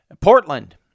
Portland